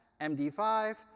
MD5